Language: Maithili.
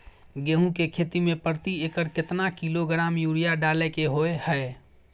गेहूं के खेती में प्रति एकर केतना किलोग्राम यूरिया डालय के होय हय?